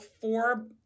four